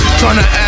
tryna